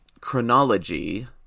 chronology